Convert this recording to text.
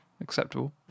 acceptable